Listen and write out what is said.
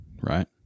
Right